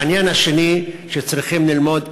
העניין השני שצריכים ללמוד,